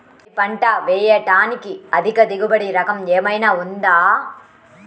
వరి పంట వేయటానికి అధిక దిగుబడి రకం ఏమయినా ఉందా?